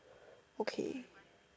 okay